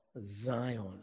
Zion